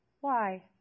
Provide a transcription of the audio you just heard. Why